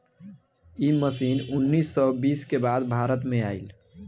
इ मशीन उन्नीस सौ बीस के बाद भारत में आईल